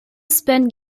spend